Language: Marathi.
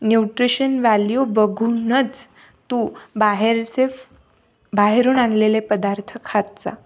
न्यूट्रिशन वॅल्यू बघूनच तू बाहेरचे फ बाहेरून आणलेले पदार्थ खात जा